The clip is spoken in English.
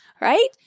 right